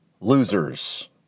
Losers